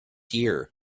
year